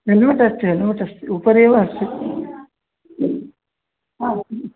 हलोट् अस्ति हलोट् अस्ति उपरि एव अस्ति अ